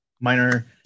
minor